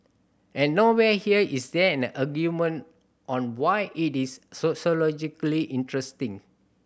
and nowhere here is there an argument on why it is sociologically interesting